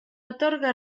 atorga